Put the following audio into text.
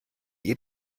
ihr